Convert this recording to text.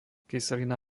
kyselina